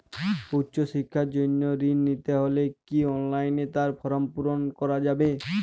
উচ্চশিক্ষার জন্য ঋণ নিতে হলে কি অনলাইনে তার ফর্ম পূরণ করা যাবে?